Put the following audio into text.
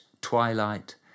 twilight